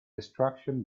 destruction